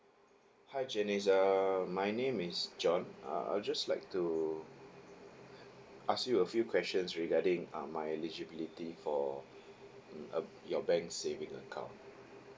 hi janice err my name is john uh I'll just like to ask you a few questions regarding uh my eligibility for mm um your bank saving account